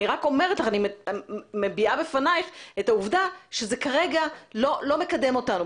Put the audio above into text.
אני רק מביעה בפנייך את העובדה שבדרך שזה מוצג זה לא מקדם אותנו.